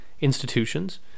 institutions